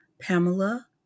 Pamela